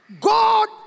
God